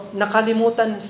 nakalimutan